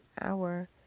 hour